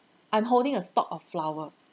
I'm holding a stalk of flower